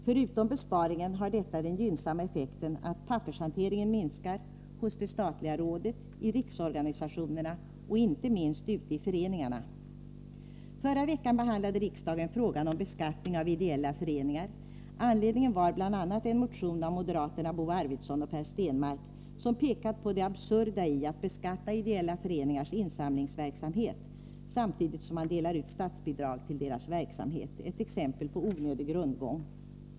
Förutom besparingen har detta den gynnsamma effekten att pappershanteringen minskar — hos det statliga rådet, i riksorganisationerna och inte minst ute i föreningarna. Förra veckan behandlade riksdagen frågan om beskattning av ideella föreningar. Anledningen var bl.a. en motion av moderaterna Bo Arvidson och Per Stenmarck, som pekat på det absurda i att beskatta ideella föreningars insamlingsverksamhet samtidigt som man delar ut statsbidrag till deras verksamhet — ett exempel på onödig rundgång.